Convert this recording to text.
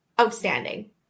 outstanding